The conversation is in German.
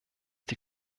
die